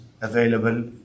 available